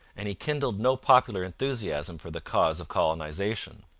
and he kindled no popular enthusiasm for the cause of colonization.